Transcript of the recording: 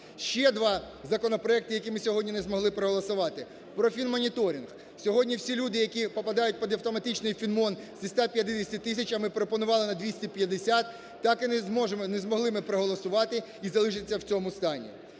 Ще два законопроекти, які ми сьогодні не змогли проголосувати, про фінмоніторинг. Сьогодні всі люди, які попадають під автоматичний фінмон зі 150 тисячами, пропонували на 250, так і не змогли ми проголосувати, і залишиться в цьому стані.